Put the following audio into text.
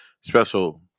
special